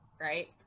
right